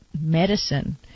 medicine